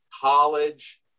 college